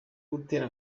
gutera